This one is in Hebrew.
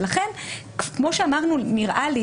לכן, כמו שאמרנו, נראה לי